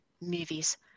movies